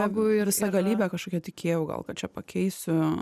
žmogų ir visagalybe kažkokia tikėjau gal kad čia pakeisiu